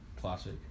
Classic